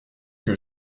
que